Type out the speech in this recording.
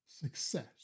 success